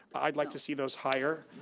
i'd like to see those higher,